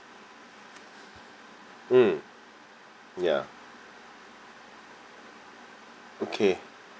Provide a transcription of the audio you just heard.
mm ya okay